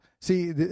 see